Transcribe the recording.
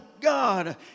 God